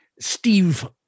Steve